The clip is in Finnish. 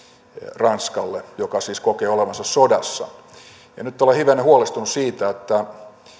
ranskalle joka siis kokee olevansa sodassa nyt olen hivenen huolestunut siitä että